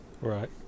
Right